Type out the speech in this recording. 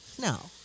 No